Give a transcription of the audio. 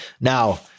Now